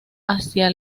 hacia